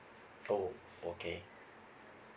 oh okay